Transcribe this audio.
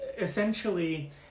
essentially